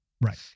Right